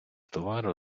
товару